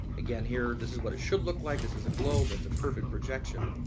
again here, this is what it should look like this is a globe, that's a perfect projection.